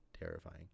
terrifying